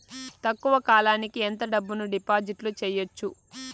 తక్కువ కాలానికి ఎంత డబ్బును డిపాజిట్లు చేయొచ్చు?